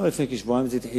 לא, לפני כשבועיים זה התחיל.